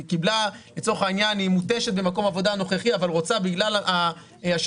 צורך העניין היא מותשת במקום העבודה הנוכחי אבל בגלל השינוי